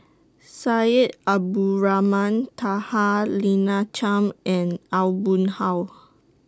Syed Abdulrahman Taha Lina Chiam and Aw Boon Haw